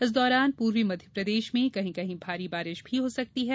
इस दौरान पूर्वी मध्यप्रदेश में कहीं कहीं भारी बारिश भी होसकती है